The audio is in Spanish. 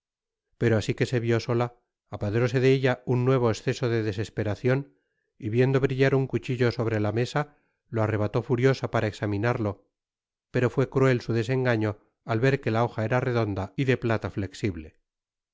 pero asi que se vió sola apoderóse de ella un nuevo esceso de desesperacion y viendo brillar un cuchillo sobre la mesa lo arrebató furiosa para examinarlo pero fué cruel su desengaño al ver que la hoja era redonda y de piata flexible